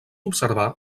observar